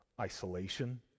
isolation